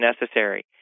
necessary